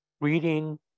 reading